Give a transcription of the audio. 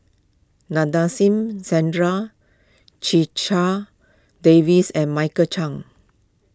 Nadasen Chandra Checha Davies and Michael Chiang